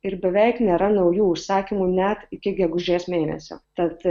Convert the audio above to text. ir beveik nėra naujų užsakymų net iki gegužės mėnesio tad